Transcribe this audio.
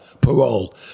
parole